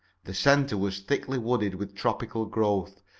the center was thickly wooded with tropical growth,